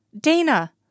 Dana